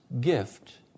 gift